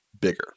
bigger